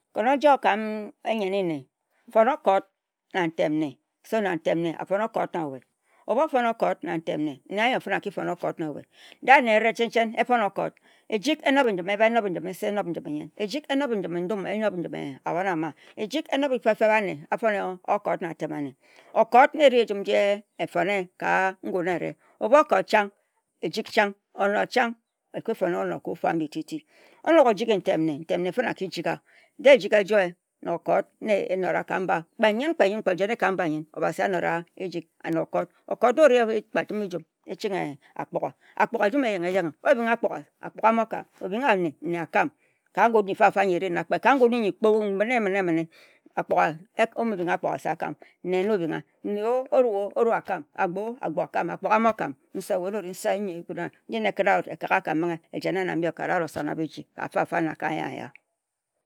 Kan o-joi ka nyen-ni-nne fon okot na-n-tem nne so that ntem-nne afon okot na-we. De-e anne chen-chen a-fon okot na a-tem anne. Ejik enob-e njim ebie enob njim nse, enob njim nyen. Ejik enob njim nkae na njim-e ndum. Ejik enob na-anne-feb-feb abon-che-na-a-nakwue okot na-e-ri ejum ka ngun erie. O-bu okot chang, ejik, chang, onor chang. De-e ejik ejoi ka-mba kpe-yen-kpe-yen kpe-ka-m-ba kpe-m-an kpe-m-an, Obasi okot-ra ejik. Ejik na-okot na erie ejum. Akpogha a-rie a ejum eyenghe-yenghe. O-bing nne nne akam, obing akpogha, akpogha a-mo-kam kpe ka ngun yee emini meni, obing Agbor-o-Aggbor akam, oni-o, oru-akam-obing akpogha-o, akpogha a-mo-kam. Osowo ka-re wu okot o-ba, ka-n-ga, e-kot atem anne kpet n-fam-fa na-n ya-ya.